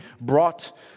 brought